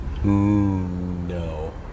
No